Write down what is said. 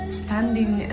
standing